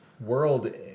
world